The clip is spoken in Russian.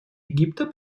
египта